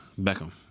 Beckham